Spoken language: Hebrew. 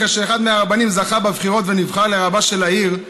אחרי שאחד מהרבנים זכה בבחירות ונבחר לרבה של העיר,